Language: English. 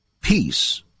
peace